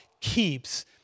keeps